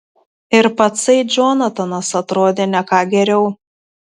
ir patsai džonatanas atrodė ne ką geriau